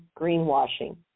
greenwashing